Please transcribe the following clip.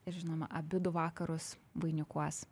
ir žinoma abudu vakarus vainikuos